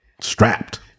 strapped